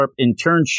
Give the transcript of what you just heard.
internship